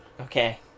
okay